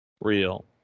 real